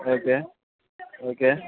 okay okay